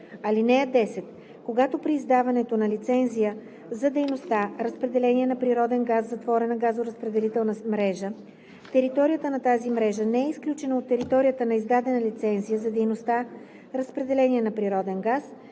(10) Когато при издаването на лицензия за дейността „разпределение на природен газ в затворена газоразпределителна мрежа“, територията на тази мрежа не е изключена от територията на издадена лицензия за дейността „разпределение на природен газ“,